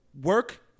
work